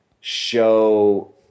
show